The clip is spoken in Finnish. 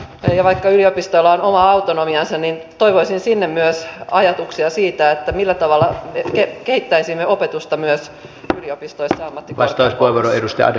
ja vaikka yliopistoilla on oma autonomiansa niin toivoisin sinne myös ajatuksia siitä millä tavalla kehittäisimme opetusta myös yliopistoissa ja ammattikorkeakouluissa